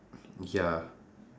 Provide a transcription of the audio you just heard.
ya